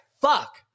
fuck